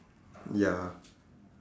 ya